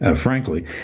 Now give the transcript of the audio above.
ah frankly,